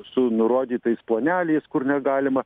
su nurodytais planeliais kur negalima